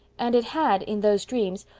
and it had, in those dreams,